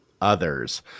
others